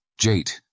Jate